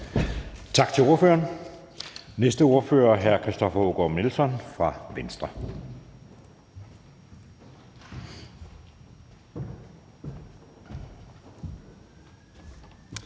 Tak til ordføreren. Næste ordfører er hr. Christoffer Aagaard Melson fra Venstre.